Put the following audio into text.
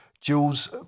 Jules